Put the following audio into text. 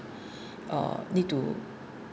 uh need to